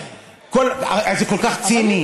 זה כל כך ציני.